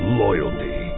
loyalty